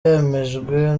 yemejwe